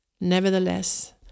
Nevertheless